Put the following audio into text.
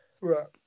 Right